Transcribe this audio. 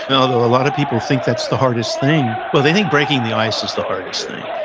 and although, a lot of people think that's the hardest thing. well, they think breaking the ice is the hardest thing.